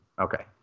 okay